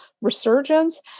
resurgence